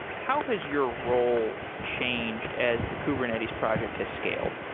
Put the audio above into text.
how has your role changed as the kubernetes project has scaled?